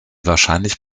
wahrscheinlich